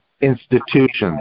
institutions